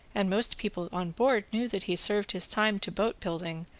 and most people on board knew that he served his time to boat building,